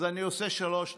אז אני עושה שלוש נקודות.